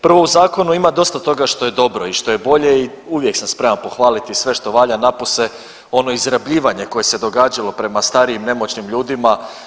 Prvo u zakonu ima dosta toga što je dobro i što je bolje i uvijek sam spreman pohvaliti sve što valja napose ono izrabljivanje koje se događalo prema starijim nemoćnim ljudima.